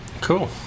Cool